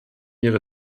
ihrer